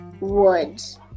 woods